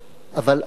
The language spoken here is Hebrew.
אבל אחי לא.